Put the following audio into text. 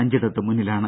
അഞ്ചിടത്ത് മുന്നിലാണ്